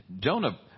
Jonah